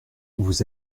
vous